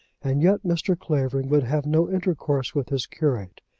and yet mr. clavering would have no intercourse with his curate.